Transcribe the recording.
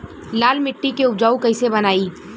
लाल मिट्टी के उपजाऊ कैसे बनाई?